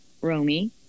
Romy